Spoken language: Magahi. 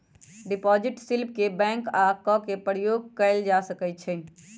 डिपॉजिट स्लिप के बैंक जा कऽ प्राप्त कएल जा सकइ छइ